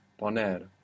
Poner